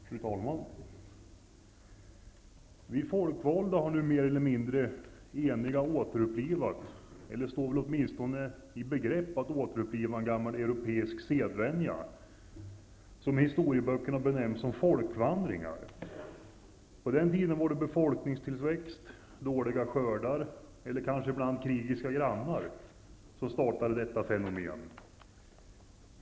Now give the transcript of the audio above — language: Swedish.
Fru talman! Vi folkvalda har nu mer eller mindre eniga återupplivat -- eller står i begrepp att återuppliva -- en gammal europeisk sedvänja, som i historieböckerna benämns som folkvandringar. På den tiden var det befolkningstillväxt, dåliga skördar eller krigiska grannar som startade detta fenomen.